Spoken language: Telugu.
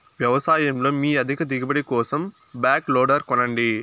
వ్యవసాయంలో మీ అధిక దిగుబడి కోసం బ్యాక్ లోడర్ కొనండి